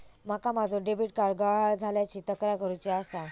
माका माझो debit card गहाळ झाल्याची तक्रार करुची आसा